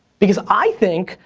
because i think,